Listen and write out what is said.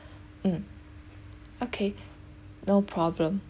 um okay no problem